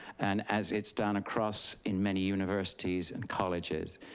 and as it's done across, in many universities and colleges.